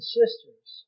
sisters